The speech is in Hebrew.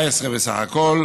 19 בסך הכול,